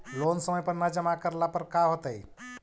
Loan समय पर न जमा करला पर का होतइ?